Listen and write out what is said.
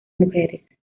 mujeres